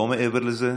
לא מעבר לזה,